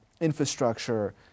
infrastructure